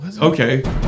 Okay